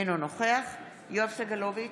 אינו נוכח יואב סגלוביץ'